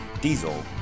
Diesel